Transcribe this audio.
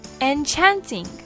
Enchanting